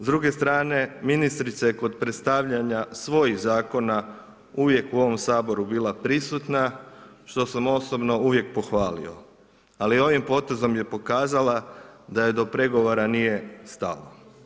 S druge strane ministrica je kod predstavljanja svojih zakona uvijek u ovom Saboru bila prisutna što sam osobno uvijek pohvalio ali ovim potezom je pokazala da joj do pregovora nije stalo.